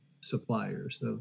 suppliers